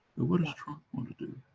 what does trump want to do?